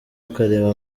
akareba